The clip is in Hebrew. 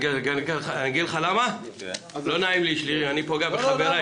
אני לא אגיד לך למה, כי אני לא רוצה לפגוע בחבריי.